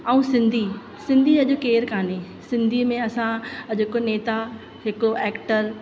ऐं सिन्धी सिन्धी अॼु केरु कान्हे सिन्धी में असां अॼु हिकु नेता हिकु एक्टर